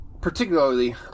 particularly